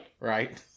Right